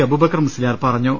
അബൂബക്കർ മുസ്ലിയാർ പറഞ്ഞു